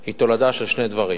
היא תולדה של שני דברים.